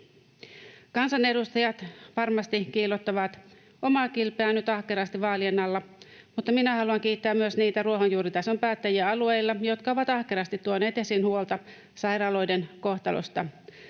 Kansanedustajat varmasti kiillottavat omaa kilpeään ahkerasti nyt vaalien alla, mutta minä haluan kiittää myös niitä ruohonjuuritason päättäjiä alueilla, jotka ovat ahkerasti tuoneet esiin huolta sairaaloiden kohtalosta,